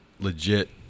legit